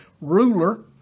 ruler